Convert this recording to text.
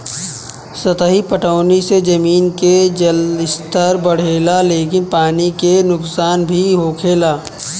सतही पटौनी से जमीन के जलस्तर बढ़ेला लेकिन पानी के नुकसान भी होखेला